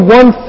one